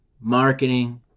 marketing